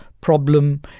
problem